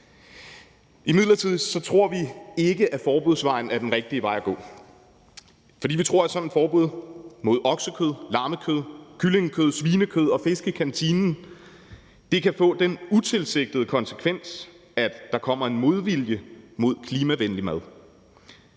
Imidlertid tror vi ikke, at forbudsvejen er den rigtige vej at gå, for vi tror, at sådan et forbud mod oksekød, lammekød, kyllingekød, svinekød og fisk i kantinen kan få den utilsigtede konsekvens, at der kommer en modvilje mod klimavenlig mad.